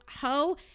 Ho